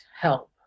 help